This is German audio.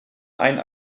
ein